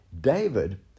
David